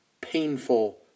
painful